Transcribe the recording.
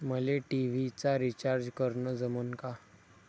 मले टी.व्ही चा रिचार्ज करन जमन का?